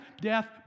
death